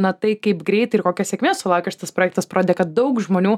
na tai kaip greit ir kokios sėkmės sulaukė šitas projektas parodė kad daug žmonių